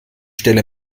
stelle